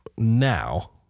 Now